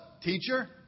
teacher